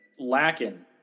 lacking